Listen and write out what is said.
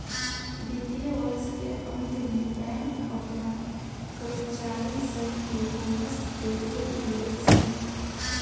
वित्तीय वर्ष के अंत में बैंक अपना कर्मचारी सन के बोनस देवे ले सन